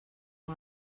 amb